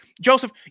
joseph